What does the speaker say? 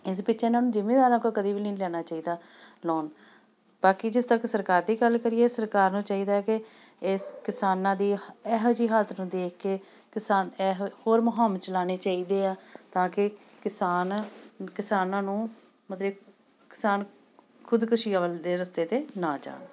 ਇਸ ਪਿੱਛੇ ਇਹਨਾਂ ਨੂੰ ਜ਼ਿਮੀਂਦਾਰਾਂ ਕੋਲ ਕਦੇ ਵੀ ਨਹੀਂ ਲੈਣਾ ਚਾਹੀਦਾ ਲੋਨ ਬਾਕੀ ਜਿੱਥੇ ਤੱਕ ਸਰਕਾਰ ਦੀ ਗੱਲ ਕਰੀਏ ਸਰਕਾਰ ਨੂੰ ਚਾਹੀਦਾ ਕਿ ਇਸ ਕਿਸਾਨਾਂ ਦੀ ਇਹੋ ਜਿਹੀ ਹਾਲਤ ਨੂੰ ਦੇਖ ਕੇ ਕਿਸਾਨ ਇਹੋ ਹੋਰ ਮੁਹਿੰਮ ਚਲਾਉਣੇ ਚਾਹੀਦੇ ਆ ਤਾਂ ਕਿ ਕਿਸਾਨ ਕਿਸਾਨਾਂ ਨੂੰ ਮਤਲਬ ਕਿਸਾਨ ਖ਼ੁਦਕੁਸ਼ੀਆਂ ਵੱਲ ਦੇ ਰਸਤੇ 'ਤੇ ਨਾ ਜਾਣ